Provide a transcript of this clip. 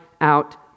out